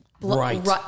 Right